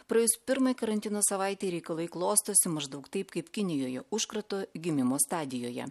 praėjus pirmai karantino savaitei reikalai klostosi maždaug taip kaip kinijoje užkrato gimimo stadijoje